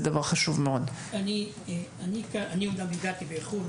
אני אומנם הגעתי באיחור,